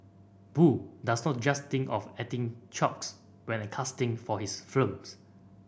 boo does not just think of acting chops when a casting for his films